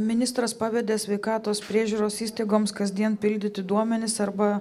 ministras pavedė sveikatos priežiūros įstaigoms kasdien pildyti duomenis arba